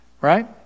right